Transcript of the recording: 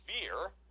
fear